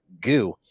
goo